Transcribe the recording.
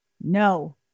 No